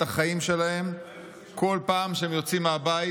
החיים שלהם כל פעם שהם יוצאים מהבית,